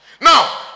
Now